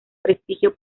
prestigio